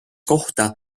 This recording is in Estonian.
kohta